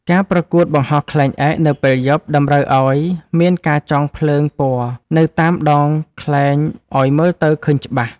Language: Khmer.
ការប្រកួតបង្ហោះខ្លែងនៅពេលយប់ តម្រូវឱ្យមានការចងភ្លើងពណ៌នៅតាមដងខ្លែងឱ្យមើលទៅឃើញច្បាស់។